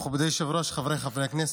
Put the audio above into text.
מכובדי היושב-ראש, חבריי חברי הכנסת,